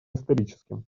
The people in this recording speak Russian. историческим